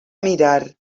mirar